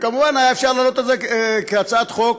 וכמובן היה אפשר להעלות את זה כהצעת חוק,